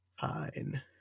fine